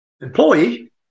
employee